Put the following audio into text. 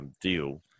deal